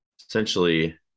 essentially